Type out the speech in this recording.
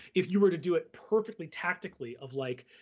if you were to do it perfectly tactically of like,